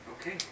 Okay